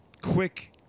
quick